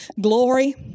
glory